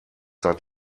seit